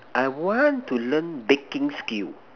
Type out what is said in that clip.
I want to learn baking skill